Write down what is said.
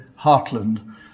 Heartland